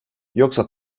yoksa